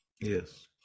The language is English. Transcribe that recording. Yes